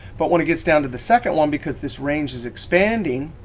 but when it gets down to the second one because this range is expanding,